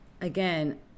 again